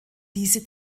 diese